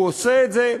והוא עושה את זה,